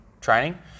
training